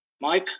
Mike